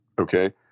okay